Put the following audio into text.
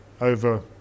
over